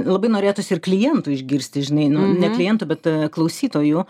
labai norėtųsi ir klientų išgirsti žinai nu ne klientų bet klausytojų